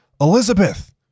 Elizabeth